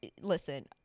listen